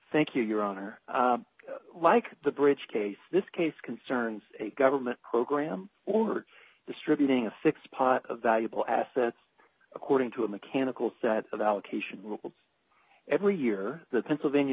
thank you your honor like the bridge case this case concerns a government program or distributing a fixed pot of valuable assets according to a mechanical set of allocation every year the pennsylvania